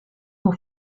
pour